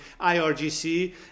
IRGC